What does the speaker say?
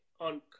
on